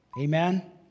Amen